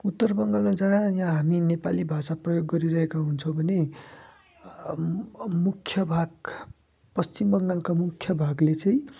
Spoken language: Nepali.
उत्तर बङ्गालमा जहाँ यहाँ हामी नेपाली भाषा प्रयोग गरिरहेका हुन्छौँ भने मुख्य भाग पश्चिम बङ्गालका मुख्य भागले चाहिँ